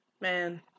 man